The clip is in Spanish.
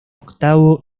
octavo